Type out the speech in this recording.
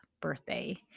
birthday